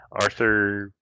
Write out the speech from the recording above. Arthur